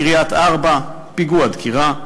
בקריית-ארבע, פיגוע דקירה,